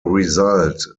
result